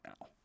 now